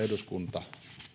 eduskunta